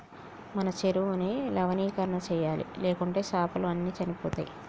మన చెరువుని లవణీకరణ చేయాలి, లేకుంటే చాపలు అన్ని చనిపోతయ్